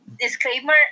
Disclaimer